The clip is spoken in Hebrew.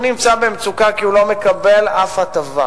הוא נמצא במצוקה כי הוא לא מקבל אף הטבה.